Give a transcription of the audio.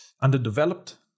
underdeveloped